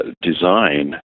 design